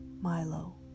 Milo